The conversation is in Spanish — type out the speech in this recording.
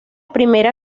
primera